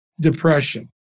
depression